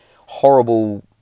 horrible